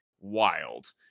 wild